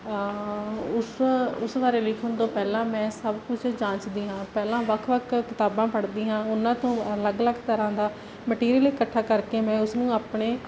ਉਸ ਉਸ ਬਾਰੇ ਲਿਖਣ ਤੋਂ ਪਹਿਲਾਂ ਮੈਂ ਸਭ ਕੁਛ ਜਾਂਚਦੀ ਹਾਂ ਪਹਿਲਾਂ ਵੱਖ ਵੱਖ ਕਿਤਾਬਾਂ ਪੜ੍ਹਦੀ ਹਾਂ ਉਹਨਾਂ ਤੋਂ ਅਲੱਗ ਅਲੱਗ ਤਰ੍ਹਾਂ ਦਾ ਮਟੀਰੀਅਲ ਇਕੱਠਾ ਕਰਕੇ ਮੈਂ ਉਸਨੂੰ ਆਪਣੇ